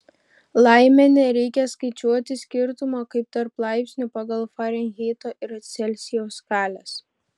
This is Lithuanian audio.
laimė nereikia skaičiuoti skirtumo kaip tarp laipsnių pagal farenheito ir celsijaus skales